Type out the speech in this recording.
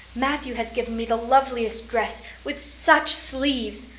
matthew has given me the loveliest dress, with such sleeves.